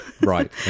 Right